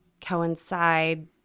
coincide